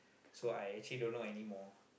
so I actually don't know any more